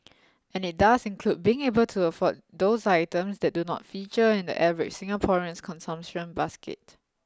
and it does include being able to afford those items that do not feature in the average Singaporean's consumption basket